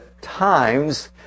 times